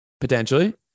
potentially